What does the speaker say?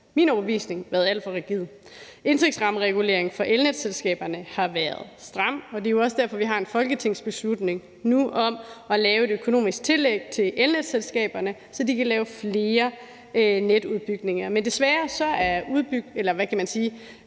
min overbevisning har været alt for rigide. Indtægtsrammereguleringen for elnetselskaberne har været stram, og det er jo også derfor, vi nu har en folketingsbeslutning om at lave et økonomisk tillæg til elnetselskaberne, så de kan lave flere netudbygninger. Men desværre er udformningen af det tillæg,